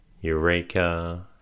Eureka